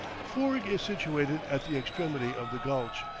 foorg is situated at the extremity of the gulch,